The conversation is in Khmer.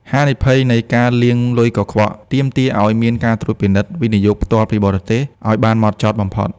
ហានិភ័យនៃ "ការលាងលុយកខ្វក់" ទាមទារឱ្យមានការត្រួតពិនិត្យ វិនិយោគផ្ទាល់ពីបរទេស ឱ្យបានហ្មត់ចត់បំផុត។